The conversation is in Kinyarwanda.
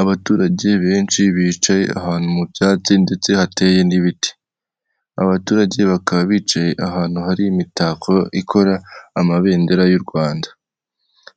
Abaturage benshi bicaye ahantu mu byatsi ndetse hayeye n'ibiti. Abo baturage bakaba bicaye ahantu hari imitako ikora amabendera y'u Rwanda.